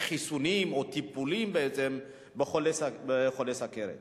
רב בטיפול בחולי הסוכרת